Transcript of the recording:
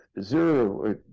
zero